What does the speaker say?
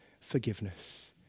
forgiveness